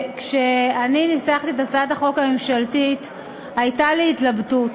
שכאשר ניסחתי את הצעת החוק הממשלתית הייתה לי התלבטות,